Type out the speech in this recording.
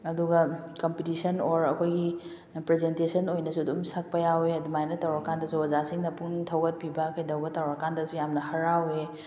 ꯑꯗꯨꯒ competition or ꯑꯩꯈꯣꯏꯒꯤ presentation ꯑꯣꯏꯅꯁꯨ ꯑꯗꯨꯝ ꯁꯛꯄ ꯌꯥꯎꯋꯦ ꯑꯗꯨꯃꯥꯏꯅ ꯇꯧꯔ ꯀꯥꯟꯗꯁꯨ ꯑꯣꯖꯥꯁꯤꯡꯅ ꯄꯨꯛꯅꯤꯡ ꯊꯧꯒꯠꯄꯤꯕ ꯀꯩꯗꯧꯕ ꯇꯧꯔ ꯀꯥꯟꯗꯁꯨ ꯌꯥꯝꯅ ꯍꯔꯥꯎꯋꯦ